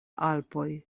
alpoj